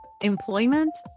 employment